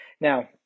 Now